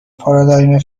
پارادایم